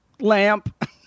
Lamp